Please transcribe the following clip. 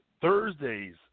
Thursday's